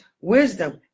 wisdom